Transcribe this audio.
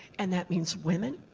and that means women,